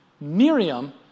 Miriam